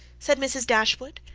said mrs. dashwood.